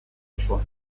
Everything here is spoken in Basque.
osoan